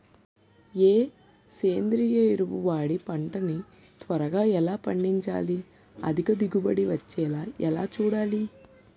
ఏ సేంద్రీయ ఎరువు వాడి పంట ని త్వరగా ఎలా పండించాలి? అధిక దిగుబడి వచ్చేలా ఎలా చూడాలి?